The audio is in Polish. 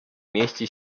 mieści